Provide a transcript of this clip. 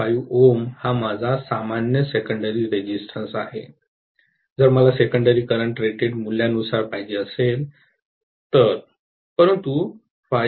5 Ω हा माझा सामान्य सेकंडेरी रेजिस्टन्स आहे जर मला सेकंडेरी करंट रेटड मूल्यानुसार पाहिजे असेल तर परंतु 5